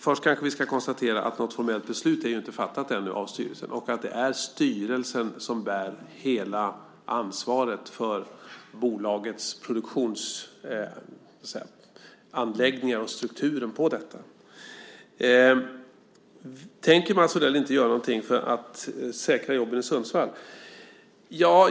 Först kanske vi ska konstatera att något formellt beslut ännu inte är fattat av styrelsen och att det är styrelsen som bär hela ansvaret för bolagets produktionsanläggningar och strukturen på detta. Jag fick frågan: Tänker Mats Odell inte göra någonting för att säkra jobben i Sundsvall?